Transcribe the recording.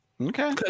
okay